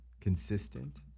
consistent